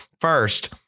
first